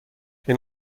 این